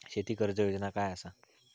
शेती कर्ज योजना काय असा?